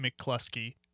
McCluskey